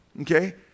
Okay